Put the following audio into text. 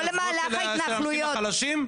זכויות של האנשים החלשים?